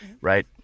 Right